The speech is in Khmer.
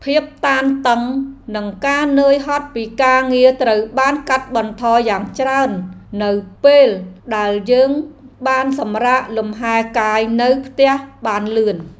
ភាពតានតឹងនិងការនឿយហត់ពីការងារត្រូវបានកាត់បន្ថយយ៉ាងច្រើន នៅពេលដែលយើងបានសម្រាកលំហែកាយនៅផ្ទះបានលឿន។